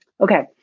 Okay